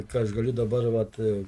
ką aš galiu dabar vat